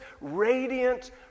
Radiant